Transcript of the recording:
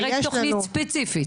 זו כנראה תוכנית ספציפית,